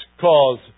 cause